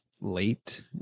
late